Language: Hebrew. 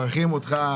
מברכים אותך,